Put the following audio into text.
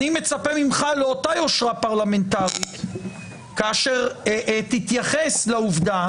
אני מצפה ממך לאותה יושרה פרלמנטרית כאשר תתייחס לעובדה